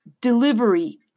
Delivery